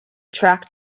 track